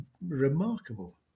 remarkable